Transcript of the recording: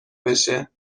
بشه